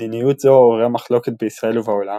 מדיניות זו עוררה מחלוקת בישראל ובעולם,